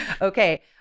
okay